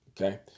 Okay